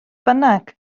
bynnag